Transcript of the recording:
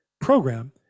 program